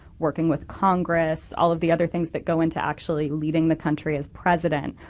working with congress, all of the other things that go into actually leading the country as president.